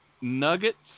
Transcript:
Nuggets